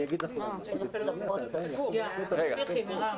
תמשיכי, מירב.